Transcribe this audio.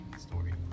story